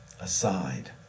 aside